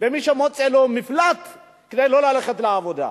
למי שמוצא לו מפלט כדי לא ללכת לעבודה.